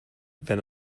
wenn